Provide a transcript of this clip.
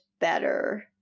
better